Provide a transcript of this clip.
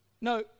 No